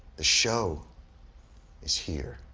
the show is here.